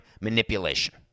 manipulation